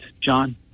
John